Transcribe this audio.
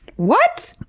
what?